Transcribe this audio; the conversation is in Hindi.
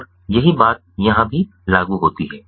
और यही बात यहां भी लागू होती है